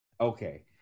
Okay